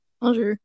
Bonjour